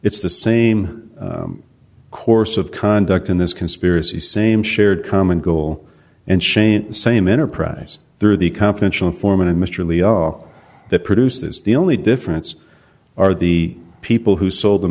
it's the same course of conduct in this conspiracy same shared common goal and chain same enterprise through the confidential informant of mr lee all that produces the only difference are the people who sold the